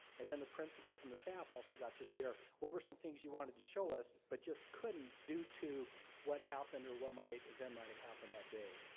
and then the principals and the staff also got to share what were some things you wanted to show us but just couldn't due to what happened or what might, event might happen that day.